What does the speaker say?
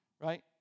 right